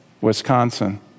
Wisconsin